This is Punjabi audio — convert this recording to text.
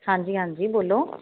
ਹਾਂਜੀ ਹਾਂਜੀ ਬੋਲੋ